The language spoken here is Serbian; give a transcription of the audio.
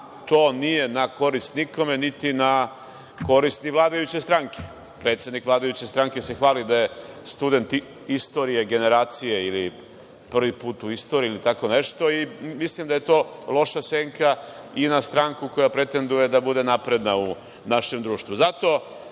to nije na korist nikome, niti na korist vladajuće stranke. Predsednik vladajuće stranke se hvali da je student istorije generacije ili prvi put u istoriji ili tako nešto. Mislim da je to loša senka i na stranku koja pretenduje da bude napredna u našem društvu. Zato